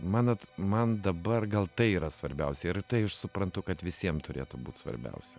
manot man dabar gal tai yra svarbiausia ir tai aš suprantu kad visiem turėtų būt svarbiausia